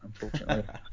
unfortunately